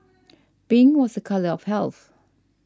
pink was a colour of health